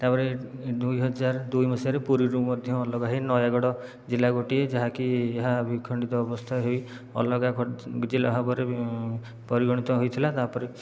ତା'ପରେ ଦୁଇହଜାର ଦୁଇ ମସିହାରେ ପୁରୀରୁ ମଧ୍ୟ ଅଲଗା ହୋଇ ନୟାଗଡ଼ ଜିଲ୍ଲା ଗୋଟିଏ ଯାହାକି ଏହା ବିଖଣ୍ଡିତ ଅବସ୍ଥା ହୋଇ ଅଲଗା ଜିଲ୍ଲା ହେବାରେ ପରିଗଣିତ ହୋଇଥିଲା ତା'ପରେ